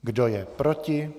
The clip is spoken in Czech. Kdo je proti?